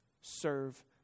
serve